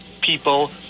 people